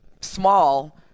small